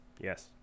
Yes